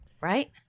right